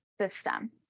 system